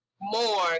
more